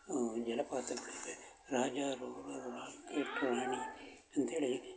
ಜಲಪಾತಗಳಿವೆ Raja Roarer Rocket Rani ಅಂತೇಳಿ